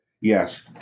Yes